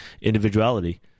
individuality